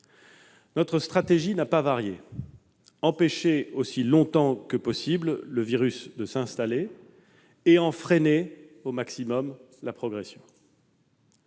Notre stratégie n'a pas varié : empêcher aussi longtemps que possible le virus de s'installer et en freiner au maximum la progression.